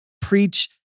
preach